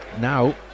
now